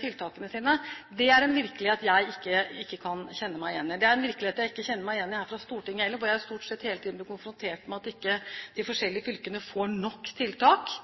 tiltakene sine. Det er en virkelighet jeg ikke kan kjenne meg igjen i. Det er en virkelighet jeg ikke kjenner igjen her fra Stortinget heller, hvor jeg stort sett hele tiden blir konfrontert med at de forskjellige fylkene ikke får nok tiltak.